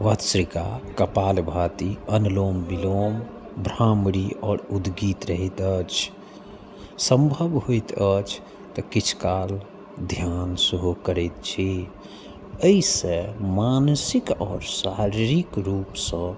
भत्सिका कपाल भारती अनुलोम विलोम भ्रामरी आओर उदगीत रहैत अछि सम्भव होइत अछि तऽ किछु काल ध्यान सेहो करैत छी एहिसँ मानसिक आओर शारीरिक रूपसँ